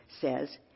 says